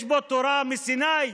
יש פה תורה מסיני,